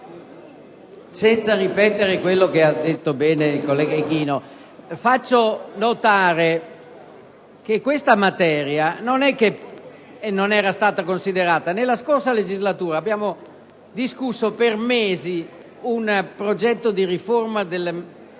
senza ripetere quanto già detto bene dal collega Ichino, faccio notare che non è che questa materia non era stata considerata. Nella scorsa legislatura abbiamo discusso per mesi un progetto di riforma del